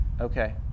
Okay